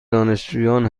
دانشجویان